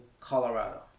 Colorado